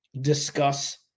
discuss